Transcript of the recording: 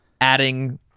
adding